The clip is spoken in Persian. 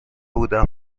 بودم